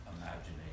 imagination